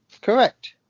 Correct